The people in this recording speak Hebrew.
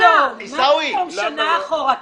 מה פתאום?! מה פתאום שנה אחורה?! למה לא?